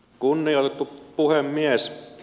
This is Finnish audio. kunnioitettu puhemies